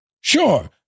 Sure